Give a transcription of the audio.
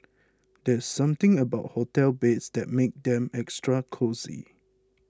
there's something about hotel beds that makes them extra cosy